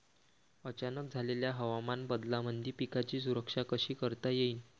अचानक झालेल्या हवामान बदलामंदी पिकाची सुरक्षा कशी करता येईन?